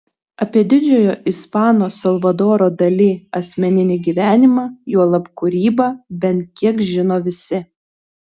apie didžiojo ispano salvadoro dali asmeninį gyvenimą juolab kūrybą bent kiek žino visi